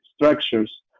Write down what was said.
structures